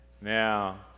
Now